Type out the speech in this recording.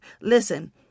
Listen